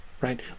right